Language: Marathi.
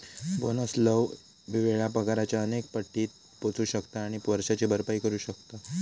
बोनस लय वेळा पगाराच्या अनेक पटीत पोचू शकता आणि वर्षाची भरपाई करू शकता